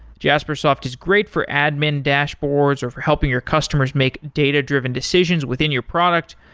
jaspersoft is great for admin dashboards or for helping your customers make data-driven decisions within your product,